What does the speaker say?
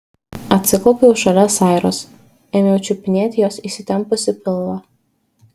atsiklaupiau šalia sairos ėmiau čiupinėti jos įsitempusį pilvą